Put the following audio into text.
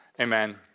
Amen